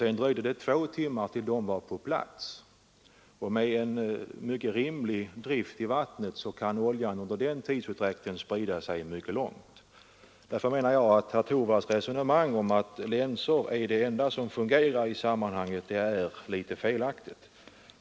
Sedan dröjde det två timmar tills de var på plats. Med en mycket måttlig drift i vattnet kan oljan under den tiden spridas långt. Därför menar jag att herr Torwalds resonemang, att länsor är det enda som fungerar i sådana fall, är litet felaktigt.